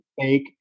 fake